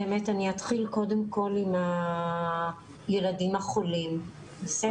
אני אתחיל קודם כל עם הילדים החולים בסדר?